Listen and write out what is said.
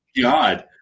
God